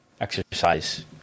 exercise